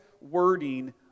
wording